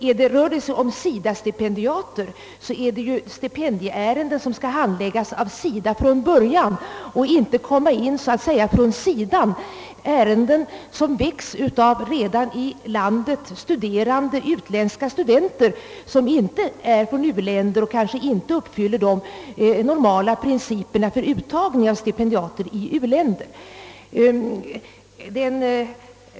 Om det rör sig om SIDA-stipendiater är det fråga om stipendieärenden, som skall handläggas av SIDA från början och inte komma in så att säga från sidan genom ansökningar från i landet redan studerande utländska studenter, som kanske inte är från de u-länder som vi samarbetar med eller som kanske inte uppfyller de normala principerna för uttagning av stipendiater från u-länder.